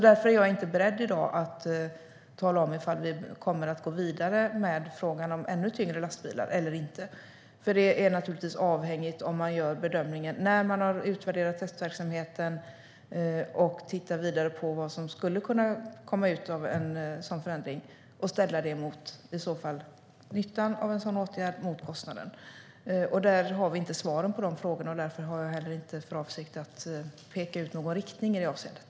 Därför är jag inte beredd i dag att tala om ifall vi kommer att gå vidare med frågan om ännu tyngre lastbilar eller inte. Det är avhängigt av bedömningen när man har utvärderat testverksamheten och tittar vidare på vad som skulle kunna komma ut av en sådan förändring och ställer nyttan av en sådan åtgärd mot kostnaden. Dessa frågor har vi inte svar på, och därför har jag inte heller för avsikt att peka ut någon riktning i det avseendet.